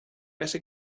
better